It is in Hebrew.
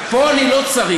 אומר: פה אני לא צריך,